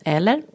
Eller